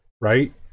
Right